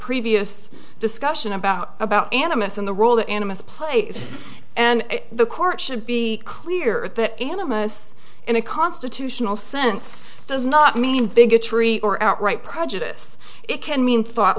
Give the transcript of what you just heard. previous discussion about about animists and the role that animus plays and the court should be clear that animus in a constitutional sense does not mean bigotry or outright prejudice it can mean thought